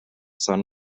sun